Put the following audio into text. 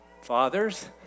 Fathers